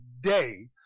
day